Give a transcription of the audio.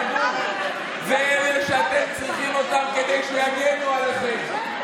תדעו, זה אלה שאתם צריכים אותם כדי שיגנו עליכם.